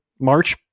March